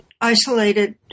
isolated